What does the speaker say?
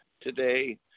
today